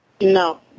No